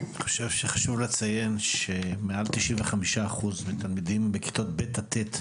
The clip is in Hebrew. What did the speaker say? חשוב לציין שמעל 95% מהתלמידים בכיתות ב' עד ט'